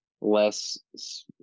less